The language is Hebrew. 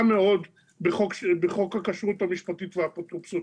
מאוד בחוק הכשרות המשפטית והאפוטרופסות.